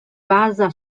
basa